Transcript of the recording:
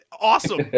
Awesome